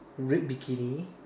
red bikini